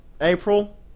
April